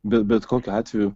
bet bet kokiu atveju